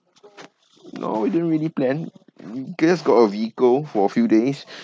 no we didn't really plan guess got a vehicle for a few days